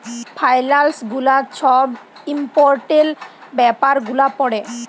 ফাইলালস গুলা ছব ইম্পর্টেলট ব্যাপার গুলা পড়ে